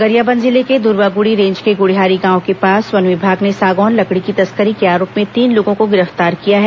गरियाबंद जिले के ध्रवागुड़ी रेंज के गुढ़ियारी गांव के पास वन विभाग ने सागौन लकड़ी की तस्करी के आरोप में तीन लोगों को गिरफ्तार किया है